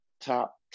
top